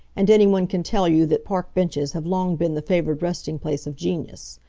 and any one can tell you that park benches have long been the favored resting place of genius.